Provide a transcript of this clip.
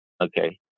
okay